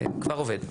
כבר עובד.